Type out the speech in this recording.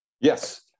Yes